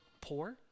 poor